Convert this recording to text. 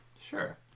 Sure